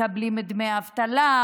הם לא מקבלים דמי אבטלה,